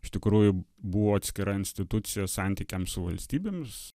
iš tikrųjų buvo atskira institucija santykiams su valstybėmis